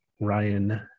Ryan